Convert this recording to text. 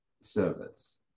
service